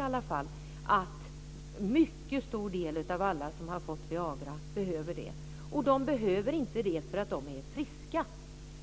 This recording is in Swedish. Vi vet att mycket stor del av alla som har fått Viagra behöver det. De behöver inte det för att de är friska